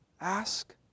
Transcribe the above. ask